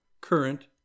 current